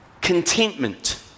Contentment